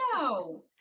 no